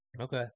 Okay